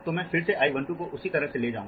तो मैं फिर से I 1 2 को उसी तरह ले जाऊँगा